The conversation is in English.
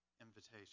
invitation